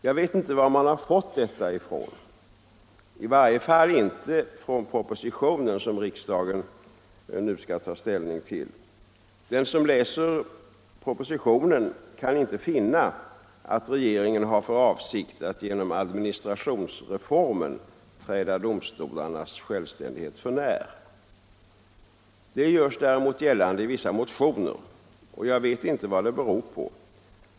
Jag vet inte var man har fått detta ifrån, i varje fall inte från propositionen som riksdagen nu skall ta ställning till. Den som läser propositionen kan inte finna att regeringen har för avsikt att genom administrationsreformen träda domstolarnas självständighet för när. Det görs däremot gällande i vissa motioner, men jag vet inte vad det beror på.